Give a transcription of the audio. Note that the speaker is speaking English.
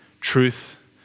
Truth